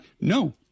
No